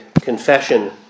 Confession